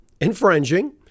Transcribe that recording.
infringing